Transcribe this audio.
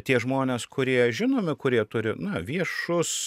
tie žmonės kurie žinomi kurie turi na viešus